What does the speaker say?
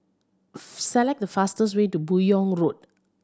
select the fastest way to Buyong Road